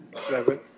Seven